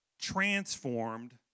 transformed